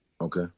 Okay